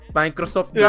microsoft